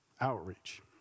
outreach